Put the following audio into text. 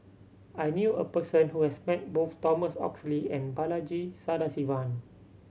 I knew a person who has met both Thomas Oxley and Balaji Sadasivan